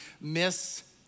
Miss